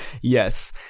Yes